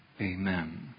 Amen